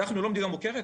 אנחנו לא מדינה מוכרת?